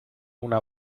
una